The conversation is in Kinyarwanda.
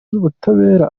z’ubutabera